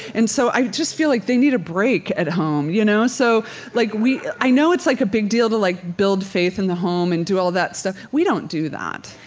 and so i just feel like they need a break at home, you know. so like we i know it's like a big deal to like build faith in the home and do all that stuff. we don't do that